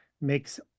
makes